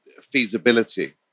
feasibility